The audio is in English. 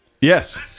Yes